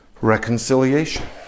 reconciliation